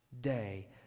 day